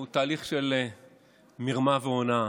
הוא תהליך של מרמה והונאה.